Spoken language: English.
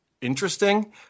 interesting